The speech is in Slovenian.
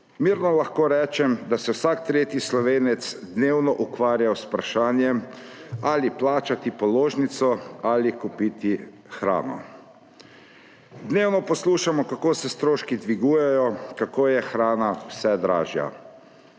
Mirno lahko rečem, da se vsak tretji Slovenec dnevno ukvarja z vprašanjem, ali plačati položnico ali kupiti hrano. Dnevno poslušamo, kako se stroški dvigujejo, kako je hrana vse dražja.